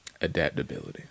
adaptability